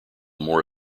more